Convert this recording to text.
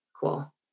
Cool